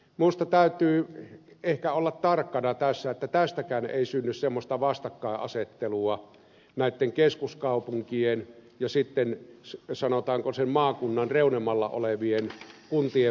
minusta täytyy ehkä olla tarkkana tässä että tästäkään ei synny semmoista vastakkainasettelua näitten keskuskaupunkien ja sitten sanotaanko sen maakunnan reunemmalla olevien kuntien välillä